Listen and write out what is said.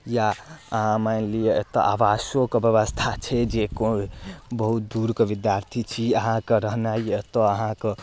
या अहाँ मानिलिअ एतऽ आवासोके व्यवस्था छै जे कोनो बहुत दूरके विद्यार्थी छी अहाँके रहनाइ एतऽ अहाँके